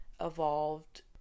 evolved